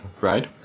right